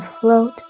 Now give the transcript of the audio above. float